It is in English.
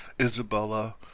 Isabella